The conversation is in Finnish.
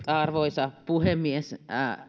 arvoisa puhemies